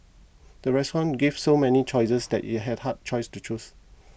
the restaurant gave so many choices that it had hard choices to choose